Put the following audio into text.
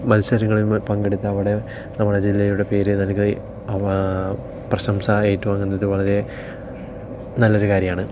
മത്സരങ്ങളിലും പങ്കെടുത്ത് അവിടെ നമ്മുടെ ജില്ലയുടെ പേര് അവ പ്രശംസ ഏറ്റുവാങ്ങുന്നത് വളരെ നല്ലൊരു കാര്യമാണ്